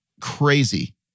crazy